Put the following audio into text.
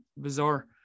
bizarre